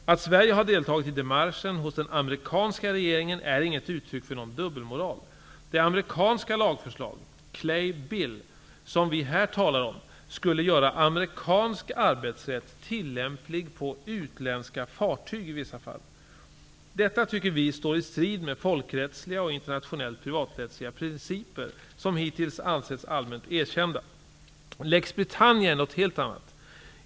Att Sverige har deltagit i démarchen hos den amerikanska regeringen är inget uttryck för någon dubbelmoral. Det amerikanska lagförslag -- Clay Bill -- som vi här talar om skulle göra amerikansk arbetsrätt tillämplig på utländska fartyg i vissa fall. Detta tycker vi står i strid mot folkrättsliga och internationellt privaträttsliga principer som hittills ansetts allmänt erkända. Lex Britannia är någonting helt annat.